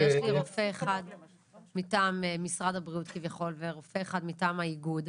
יש לי רופא אחד מטעם משרד הבריאות כביכול ורופא אחד מטעם האיחוד,